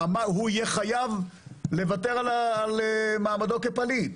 יהיה חייב לוותר על מעמדו כפליט.